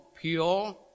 pure